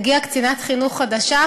הגיעה קצינת חינוך חדשה,